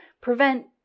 prevent